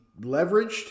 leveraged